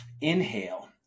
inhale